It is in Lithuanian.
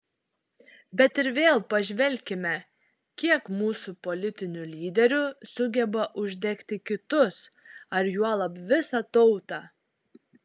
bet ir vėl pažvelkime kiek mūsų politinių lyderių sugeba uždegti kitus ar juolab visą tautą